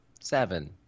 seven